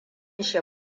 shi